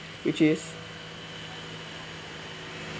which is